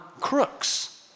crooks